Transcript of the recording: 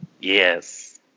Yes